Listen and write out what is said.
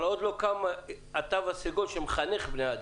אבל, עוד לא קם התו הסגול שמחנך בני אדם.